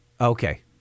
Okay